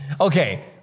Okay